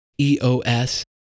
EOS